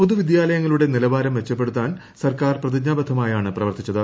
പൊതുവിദ്യാലയങ്ങളുടെ നിലവാരം മെച്ചപ്പെടുത്താൻ സർക്കാർ പ്രതിജ്ഞാബദ്ധമായാണ് പ്രവർത്തിച്ചത്